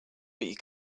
you